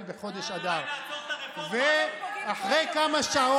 אני עליתי לכאן לבמה ואמרתי לפני כן: זה לא יצליח לכם,